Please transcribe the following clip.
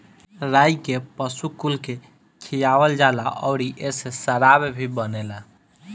राई के पशु कुल के खियावल जाला अउरी एसे शराब भी बनेला